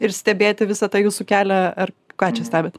ir stebėti visą tą jūsų kelią ar ką čia stebit